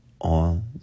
on